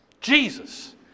Jesus